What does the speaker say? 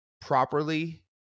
properly